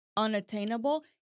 unattainable